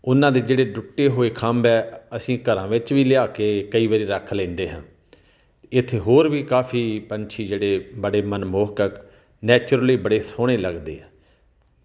ਉਹਨਾਂ ਦੇ ਜਿਹੜੇ ਟੁੱਟੇ ਹੋਏ ਖੰਭ ਹੈ ਅਸੀਂ ਘਰਾਂ ਵਿੱਚ ਵੀ ਲਿਆ ਕੇ ਕਈ ਵਾਰੀ ਰੱਖ ਲੈਂਦੇ ਹਾਂ ਇੱਥੇ ਹੋਰ ਵੀ ਕਾਫੀ ਪੰਛੀ ਜਿਹੜੇ ਬੜੇ ਮਨਮੋਹਕ ਨੈਚੁਰਲੀ ਬੜੇ ਸੋਹਣੇ ਲੱਗਦੇ ਆ